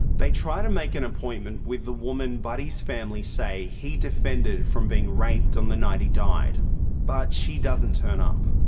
they try to make an appointment with the woman buddy's family say he defended from being raped on the night he died but she doesn't turn up.